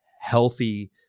healthy